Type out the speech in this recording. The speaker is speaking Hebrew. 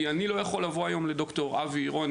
כי אני לא יכול לבוא היום לד"ר אבי עירון,